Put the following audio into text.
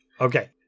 Okay